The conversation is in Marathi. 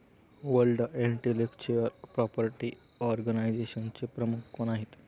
वर्ल्ड इंटेलेक्चुअल प्रॉपर्टी ऑर्गनायझेशनचे प्रमुख कोण आहेत?